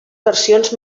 versions